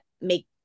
make